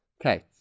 Okay